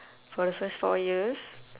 for the first four years